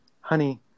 Honey